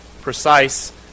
precise